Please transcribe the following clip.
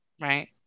right